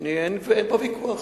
אין פה ויכוח.